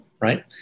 right